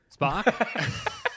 Spock